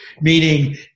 Meaning